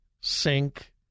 sink